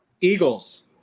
Eagles